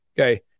Okay